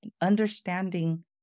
understanding